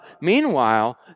Meanwhile